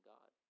God